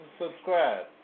subscribe